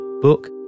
book